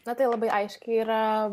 na tai labai aiškiai yra